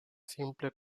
simple